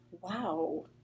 Wow